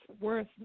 worth